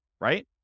right